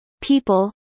people